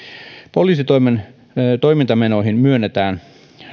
poliisitoimen toimintamenoihin myönnetään